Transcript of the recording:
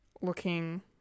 looking